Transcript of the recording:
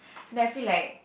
then I feel like